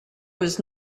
was